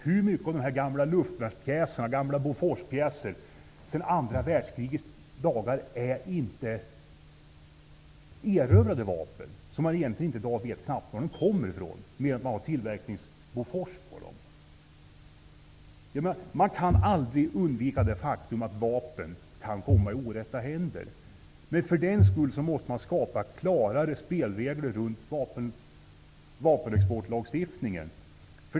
Hur många av de gamla Boforspjäserna från andra världskrigets dagar är inte erövrade vapen, som man i dag knappt vet var de kommer ifrån? Man vet bara att det står Bofors på dem. Det kan aldrig undvikas att vapen hamnar i orätta händer. Därför måste klarare regler för vapenexporten skapas.